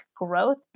growth